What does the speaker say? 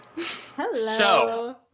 Hello